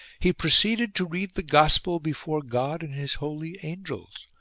he proceeded to read the gospel before god and his holy angels,